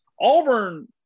Auburn –